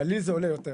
אבל לי זה עולה יותר.